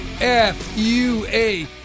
F-U-A